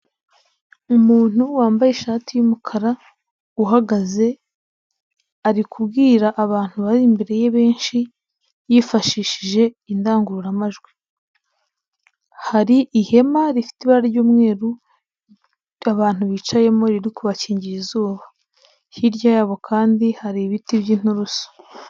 Umuntu wambaye ishati y'umukara, uhagaze, ari kubwira abantu bari imbere ye benshi, yifashishije indangururamajwi. Hari ihema rifite ibara ry'umweru, abantu bicayemo riri kubakingira izuba. Hirya yabo kandi hari ibiti by'inturusu.